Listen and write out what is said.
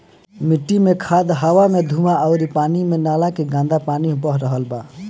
मिट्टी मे खाद, हवा मे धुवां अउरी पानी मे नाला के गन्दा पानी बह रहल बा